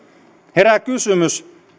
herää kysymys